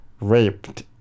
raped